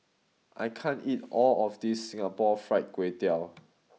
I can't eat all of this Singapore Fried Kway Tiao